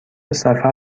سفر